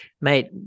Mate